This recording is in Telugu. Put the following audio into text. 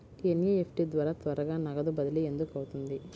ఎన్.ఈ.ఎఫ్.టీ ద్వారా త్వరగా నగదు బదిలీ ఎందుకు అవుతుంది?